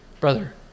brother